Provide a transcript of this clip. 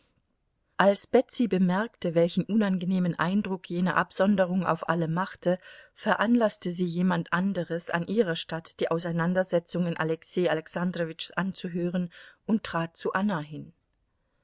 als betsy bemerkte welchen unangenehmen eindruck jene absonderung auf alle machte veranlaßte sie jemand anderes an ihrer statt die auseinandersetzungen alexei alexandrowitschs anzuhören und trat zu anna hin